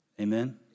Amen